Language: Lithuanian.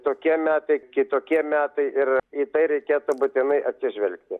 tokie metai kitokie metai ir į tai reikėtų būtinai atsižvelgti